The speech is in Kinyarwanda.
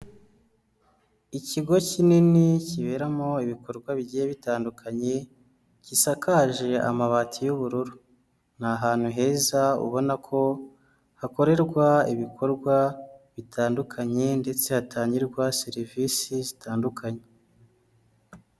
Ikigo kinini kiberamo ibikorwa bigiye bitandukanye, gisakaje amabati y'ubururu. Ni ahantu heza ubona ko hakorerwa ibikorwa bitandukanye ndetse hatangirwa serivisi zitandukanye.